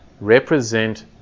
represent